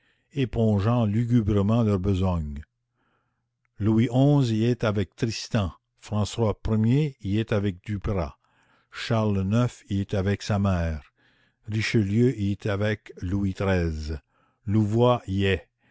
épongeant lugubrement leur besogne louis xi y est avec tristan françois ier y est avec duprat charles ix y est avec sa mère richelieu y est avec louis xiii louvois y est